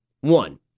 One